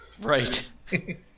Right